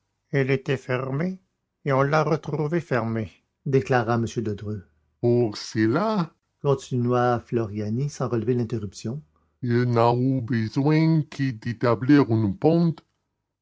elle était fermée et on l'a retrouvée fermée déclara nettement m de dreux pour cela continua floriani sans relever l'interruption il n'a eu besoin que d'établir un pont